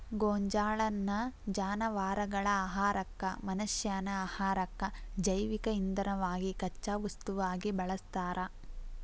ಗೋಂಜಾಳನ್ನ ಜಾನವಾರಗಳ ಆಹಾರಕ್ಕ, ಮನಷ್ಯಾನ ಆಹಾರಕ್ಕ, ಜೈವಿಕ ಇಂಧನವಾಗಿ ಕಚ್ಚಾ ವಸ್ತುವಾಗಿ ಬಳಸ್ತಾರ